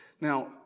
Now